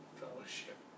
fellowship